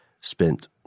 spent